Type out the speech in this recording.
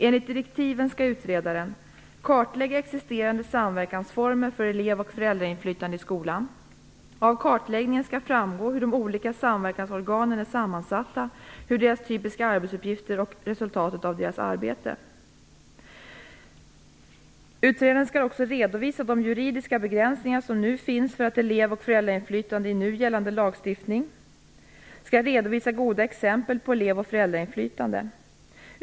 Enligt direktiven skall utredaren: - kartlägga existerande samverkansformer för elev och föräldrainflytande i skolan. - av kartläggningen skall framgå hur de olika samverkansorganen är sammansatta, deras typiska arbetsuppgifter och resultatet av deras arbete -,- redovisa de juridiska begränsningar som finns för ett elev och föräldrainflytande i nu gällande lagstiftning, - redovisa goda exempel på elev och föräldrainflytande.